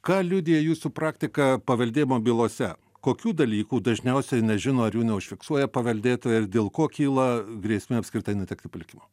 ką liudija jūsų praktika paveldėjimo bylose kokių dalykų dažniausiai nežino ar jų neužfiksuoja paveldėtojai ir dėl ko kyla grėsmė apskritai netekti palikimo